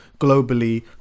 globally